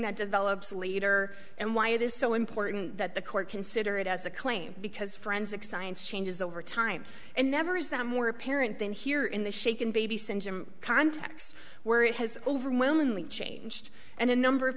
that develops later and why it is so important that the court consider it as a claim because forensic science changes over time and never is that more apparent than here in the shaken baby syndrome context where it has overwhelmingly changed and a number of